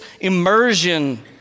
immersion